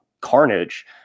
carnage